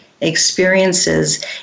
experiences